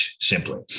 simply